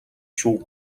шүү